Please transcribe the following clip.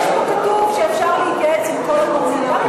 יש פה, כתוב שאפשר להתייעץ עם כל הגורמים.